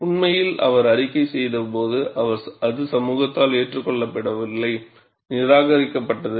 உண்மையில் அவர் அறிக்கை செய்தபோது அது சமூகத்தால் ஏற்றுக்கொள்ளப்படவில்லை நிராகரிக்கப்பட்டது